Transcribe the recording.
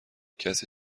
کسی